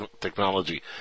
Technology